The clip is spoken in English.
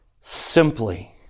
simply